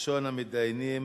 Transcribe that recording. ראשון המתדיינים,